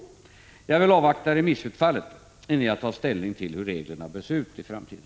Jag vill avvakta remissutfallet innan jag tar ställning till hur reglerna bör se ut i framtiden.